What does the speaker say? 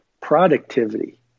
productivity